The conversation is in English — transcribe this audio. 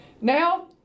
Now